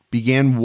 Began